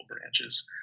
branches